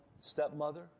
stepmother